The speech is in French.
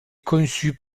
conçu